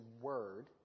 word